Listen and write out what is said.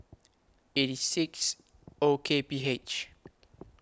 eighty six O K P H